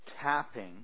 tapping